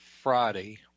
Friday